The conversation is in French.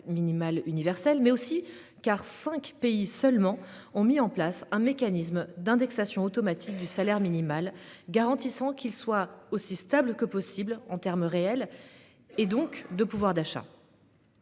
minimal universel, mais aussi parce que cinq pays seulement ont instauré un mécanisme d'indexation automatique du salaire minimal, garantissant qu'il soit aussi stable que possible en termes réels, et donc en pouvoir d'achat.